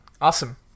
Awesome